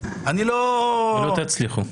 לא תצליחו.